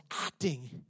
acting